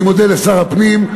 אני מודה לשר הפנים,